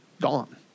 Gone